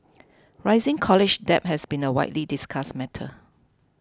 rising college debt has been a widely discussed matter